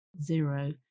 zero